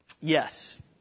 Yes